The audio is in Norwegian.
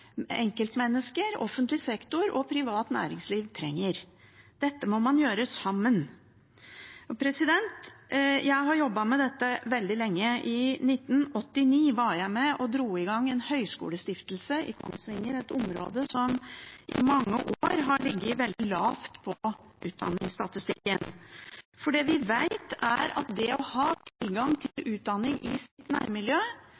enkeltmennesker, offentlig sektor og privat næringsliv trenger. Dette må man gjøre sammen. Jeg har jobbet med dette veldig lenge. I 1989 var jeg med og dro i gang en høyskolestiftelse i Kongsvinger, et område som i mange år har ligget veldig lavt på utdanningsstatistikken. Det vi vet, er at det å ha tilgang